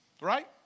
right